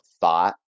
thought